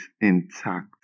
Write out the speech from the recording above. intact